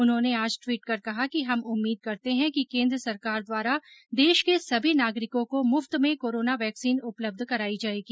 उन्होंने आज ट्वीट कर कहा कि हम उम्मीद करते है कि केन्द्र सरकार द्वारा देश के सभी नागरिकों को मुफ्त में कोरोना वेक्सीन उपलब्ध कराई जायेगी